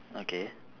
okay